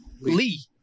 Lee